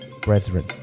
brethren